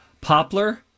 Poplar